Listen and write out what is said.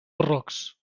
barrocs